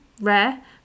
RARE